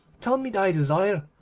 tell me thy desire,